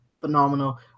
phenomenal